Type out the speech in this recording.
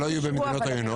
שלא יהיו במדינות עוינות?